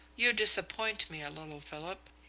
you disappoint me a little, philip.